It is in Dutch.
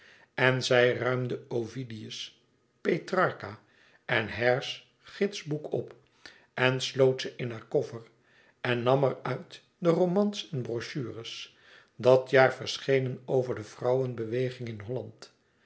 en zij ruimde ovidius petrarca en hare's gidsboek op en sloot ze in haar koffer en nam er uit de romans en brochures dat jaar verschenen over de vrouwenbeweging in holland